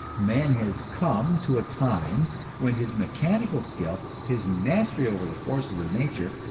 man has come to a time when his mechanical skill, his mastery over the forces of nature,